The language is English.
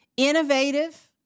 Innovative